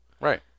right